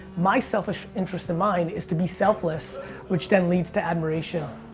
my selfish interest in mind is to be selfless which then leads to admiration.